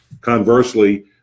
Conversely